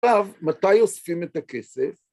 עכשיו, מתי אוספים את הכסף?